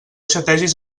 xategis